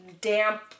damp